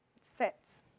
sets